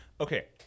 okay